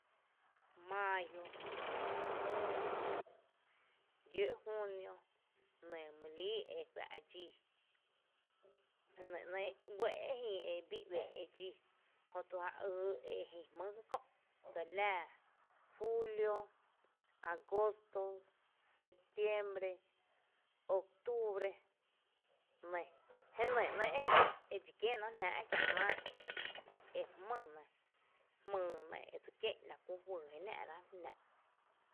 Mááyo, juni, llǿǿ’ junio nɇ mý líi e fa’ e dxii e ‘nɇɇ’ ‘uɇ’ jïï e bi dxii, jötu ja ýy jï jmý ká kö’ dseli lⱥⱥ junio, agosto, septiembre, octubre nɇ jé nɇ nɇɇ’ edxi kiénáaá’ jnáaá’ e jmý nɇ jmyy nɇ edse kié’n e la kú juyy jé náaá’ rá’ jnⱥⱥ’.